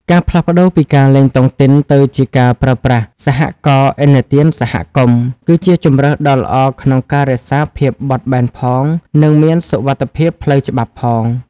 ការផ្លាស់ប្តូរពីការលេងតុងទីន ទៅជាការប្រើប្រាស់ "សហករណ៍ឥណទានសហគមន៍" គឺជាជម្រើសដ៏ល្អក្នុងការរក្សាភាពបត់បែនផង និងមានសុវត្ថិភាពផ្លូវច្បាប់ផង។